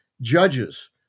judges